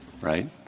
right